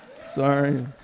sorry